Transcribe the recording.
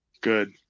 Good